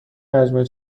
مجموعه